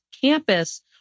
campus